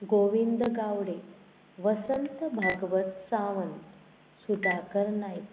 Govind Gawde Vasant Bhagwat Sawant Sudhakar Naik